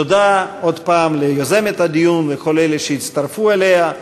תודה עוד פעם ליוזמת הדיון ולכל אלה שהצטרפו אליה,